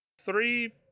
Three